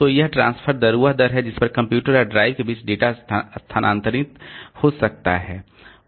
तो वह ट्रांसफर दर वह दर है जिस पर कंप्यूटर और ड्राइव के बीच डेटा स्थानांतरित हो सकता है